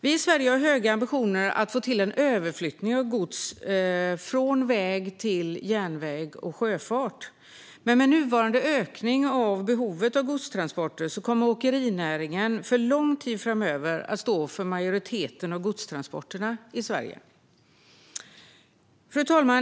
Vi i Sverige har höga ambitioner när det gäller att få till en överflyttning av gods från väg till järnväg och sjöfart, men med nuvarande ökning av behovet av godstransporter kommer åkerinäringen för lång tid framöver att stå för majoriteten av godstransporterna i Sverige. Fru talman!